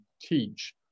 teach